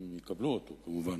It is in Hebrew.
אם יקבלו אותו, כמובן.